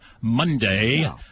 monday